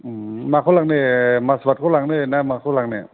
उम माखौ लांनो माजबातखौ लांनो ना माखौ लांनो